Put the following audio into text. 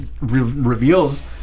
reveals